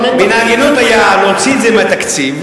מן ההגינות היה להוציא את זה מהתקציב,